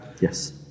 Yes